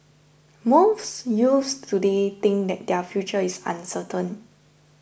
most youths today think that their future is uncertain